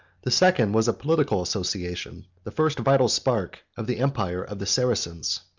the second was a political association, the first vital spark of the empire of the saracens.